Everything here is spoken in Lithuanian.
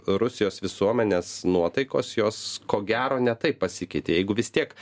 rusijos visuomenės nuotaikos jos ko gero ne taip pasikeitė jeigu vis tiek